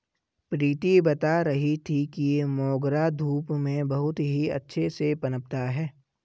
प्रीति बता रही थी कि मोगरा धूप में बहुत ही अच्छे से पनपता है